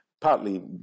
Partly